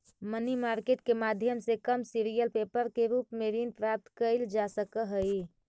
money market के माध्यम से कमर्शियल पेपर के रूप में ऋण प्राप्त कईल जा सकऽ हई